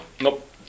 Nope